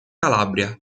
calabria